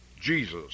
Jesus